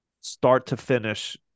start-to-finish